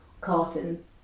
carton